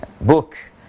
book